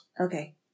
Okay